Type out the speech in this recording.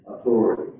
authority